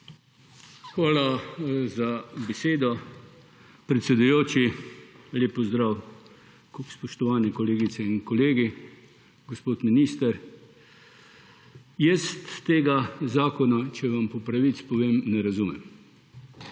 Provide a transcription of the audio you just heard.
Hvala za besedo, predsedujoči. Lep pozdrav, spoštovane kolegice in kolegi, gospod minister! Tega zakona, če vam po pravici povem, ne razumem.